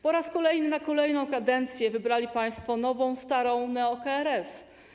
Po raz kolejny na kolejną kadencję wybrali państwo nową starą neo-KRS.